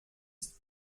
ist